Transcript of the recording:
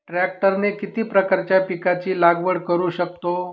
ट्रॅक्टरने किती प्रकारच्या पिकाची लागवड करु शकतो?